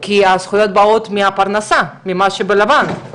כי הזכויות באות מהפרנסה, ממה שבלבן.